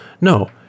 no